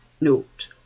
note